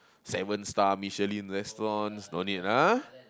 seven star Michelin restaurants no need ah